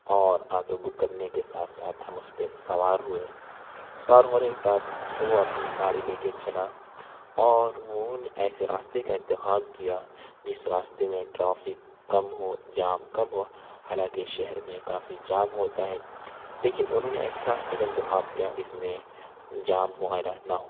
اور auto book کرنے کے ساتھ ساتھ ہم اُس پہ سوار ہوئے سوار ہونے کے ساتھ وہ اپنی گاڑی لے کے چلا اور اُنہوں نے ایسے راستے کا انتخاب کیا جس راستے میں ٹرافک کم ہو جام کم ہو حالانکہ شہر میں کافی جام ہوتا ہے لیکن اُنہوں نے ایسے راستے کا انتخاب کیا جس میں جام وغیرہ نہ ہو